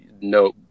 no